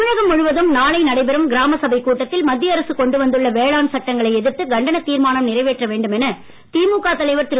தமிழகம் முழுவதும் நாளை நடைபெறும் கிராம சபை கூட்டத்தில் மத்திய அரசு கொண்டு வந்துள்ள வேளாண் சட்டங்களை எதிர்த்து கண்டன தீர்மானம் நிறைவேற்ற வேண்டும் என திமுக தலைவர் திரு